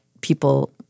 people